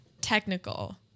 technical